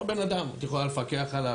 אותו בן אדם - את יכולה לפקח עליו,